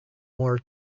more